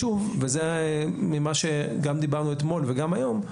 וזה ממה שגם דיברנו אתמול וגם היום,